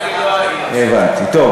הבנתי, טוב.